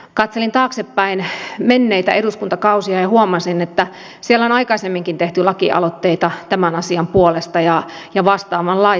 katselin taaksepäin menneitä eduskuntakausia ja huomasin että siellä on aikaisemminkin tehty lakialoitteita tämän asian puolesta ja vastaavanlaisia